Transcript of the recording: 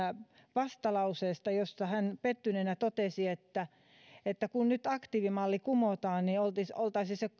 vastalauseesta josta hän pettyneenä totesi että että kun nyt aktiivimalli kumotaan niin oltaisiin